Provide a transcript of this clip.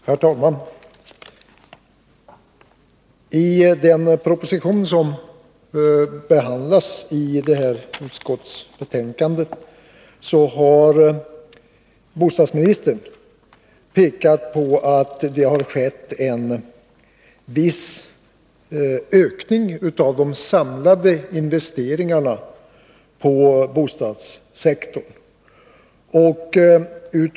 Herr talman! I den proposition som behandlas i det här betänkandet har bostadsministern pekat på att det har skett en viss ökning av de samlade investeringarna på bostadssektorn.